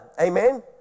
Amen